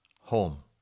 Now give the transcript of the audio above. home